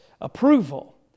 approval